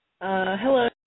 Hello